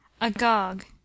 Agog